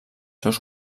seus